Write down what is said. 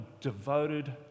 devoted